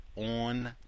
on